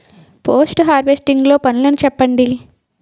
Post harvesting లో పనులను చెప్పండి?